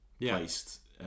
placed